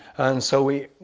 and so we.